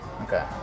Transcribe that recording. Okay